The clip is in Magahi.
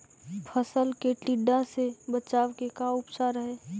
फ़सल के टिड्डा से बचाव के का उपचार है?